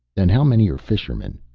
and how many are fishermen?